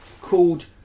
called